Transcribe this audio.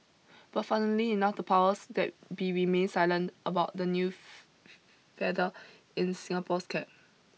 but funnily enough the powers that be remained silent about the new feather in Singapore's cap